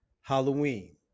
Halloween